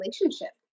relationship